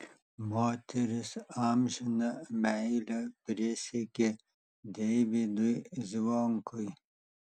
moteris amžiną meilę prisiekė deivydui zvonkui